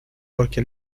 porque